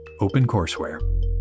OpenCourseWare